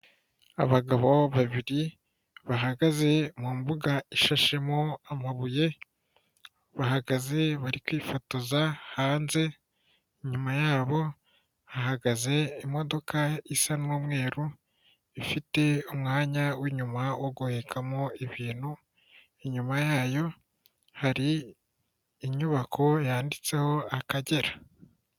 Abagabo babiri bahagaze mu mbuga ishashemo amabuye bahagaze bari kwifotoza hanze, inyuma yabo hahagaze imodoka isa n'umweru ifite umwanya w'inyuma wo guhekamo ibintu, inyuma yayo hari inyubako yanditseho Akagera.